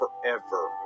forever